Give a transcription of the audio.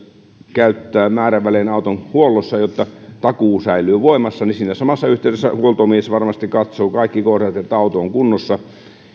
käyttää määrävälein auton huollossa jotta takuu säilyy voimassa niin siinä samassa yhteydessä huoltomies varmasti katsoo kaikki kohdat että auto on kunnossa